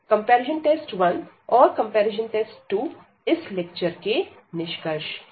comparison test 1 और comparison test 2 इस lecture के निष्कर्ष है